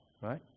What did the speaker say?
right